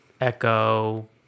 Echo